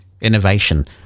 innovation